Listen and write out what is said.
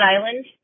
island